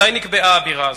מתי נקבעה הבירה הזאת?